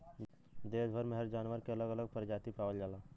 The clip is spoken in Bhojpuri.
देस भर में हर जानवर के अलग अलग परजाती पावल जाला